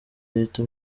reta